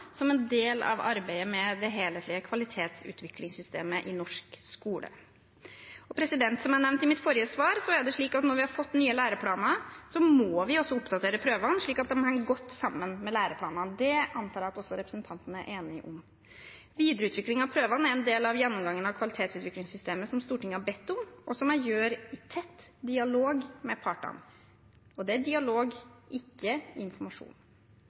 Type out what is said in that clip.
som en del av arbeidet med det helhetlige kvalitetsvurderingssystemet i norsk skole. Som jeg nevnte i mitt forrige svar, er det slik at når vi har fått nye læreplaner, må vi også oppdatere prøvene, slik at de henger godt sammen med læreplanene. Det antar jeg at også representanten er enig i. Videreutvikling av prøvene er en del av gjennomgangen av kvalitetsvurderingssystemet som Stortinget har bedt om, og som jeg gjør i tett dialog med partene. Og det er dialog, ikke informasjon.